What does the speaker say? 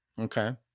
Okay